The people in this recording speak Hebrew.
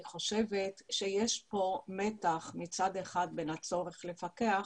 חושבת שיש כאן מתח מצד אחד בין הצורך לפקח